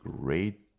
great